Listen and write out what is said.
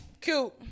Cute